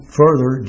further